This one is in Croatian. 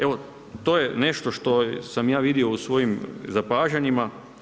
Evo to je nešto što sam ja vidio u svojim zapažanjima.